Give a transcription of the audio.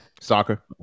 Soccer